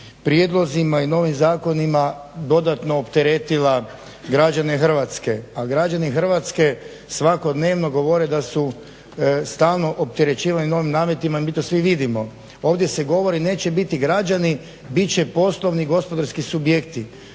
prijedlozima i novim zakonima dodatno opteretila građane Hrvatske. A građani Hrvatske svakodnevno govore da su stalno opterećivani novim nametima i mi to sve vidimo. Ovdje se govori neće biti građani, bit će poslovni gospodarski subjekti.